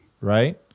right